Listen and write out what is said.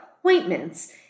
appointments